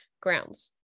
grounds